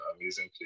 amazing